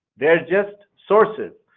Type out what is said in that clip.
they're just sources.